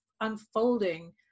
unfolding